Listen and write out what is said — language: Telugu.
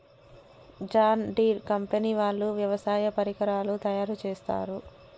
జాన్ ఢీర్ కంపెనీ వాళ్ళు వ్యవసాయ పరికరాలు తయారుచేస్తారు